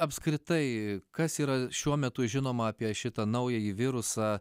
apskritai kas yra šiuo metu žinoma apie šitą naująjį virusą